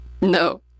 no